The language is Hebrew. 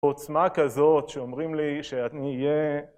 עוצמה כזאת שאומרים לי שנהיה